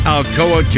Alcoa